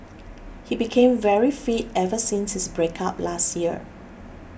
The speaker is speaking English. he became very fit ever since his breakup last year